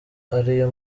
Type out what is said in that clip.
ariyo